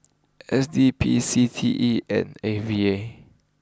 S D P C T E and A V A